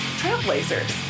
trailblazers